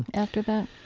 and after that?